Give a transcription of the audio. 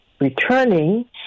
returning